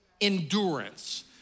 Endurance